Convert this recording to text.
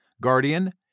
Guardian